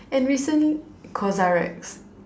and recent~ CosRX